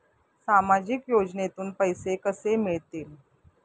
सामाजिक योजनेतून पैसे कसे मिळतील?